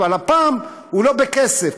אבל הפעם הוא לא בכסף,